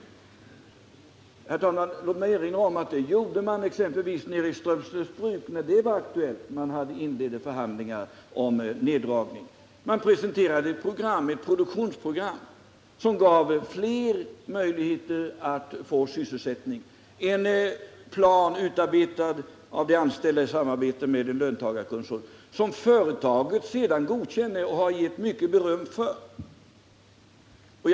Herr talman! Låt mig erinra om att man gjorde på detta sätt exempelvis nere i Strömsnäsbruk när det var aktuellt med en neddragning där och man inledde förhandlingar. Man presenterade då ett produktionsprogram, som gav fler människor möjlighet att få sysselsättning. En plan utarbetades av de anställda i samarbete med en löntagarkonsulent. Företaget godkände sedan planen och gav dem mycket beröm för den.